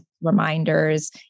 reminders